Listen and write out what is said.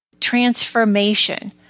transformation